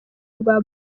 rwa